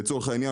לצורך העניין,